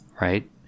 right